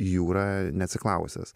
į jūrą neatsiklausęs